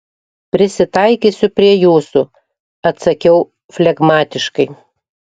prisitaikysiu prie jūsų atsakiau flegmatiškai